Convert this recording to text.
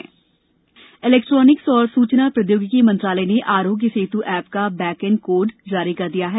आरोग्य सेतु इलेक्ट्रॉनिक्स और सूचना प्रौद्योगिकी मंत्रालय ने आरोग्य सेतू ऐप का बैक एण्ड कोड जारी कर दिया है